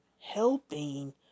helping